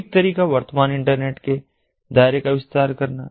एक तरीका वर्तमान इंटरनेट के दायरे का विस्तार करना है